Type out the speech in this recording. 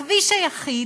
הכביש היחיד,